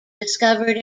discovered